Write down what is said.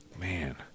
Man